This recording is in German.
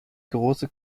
große